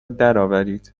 درآورید